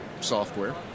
software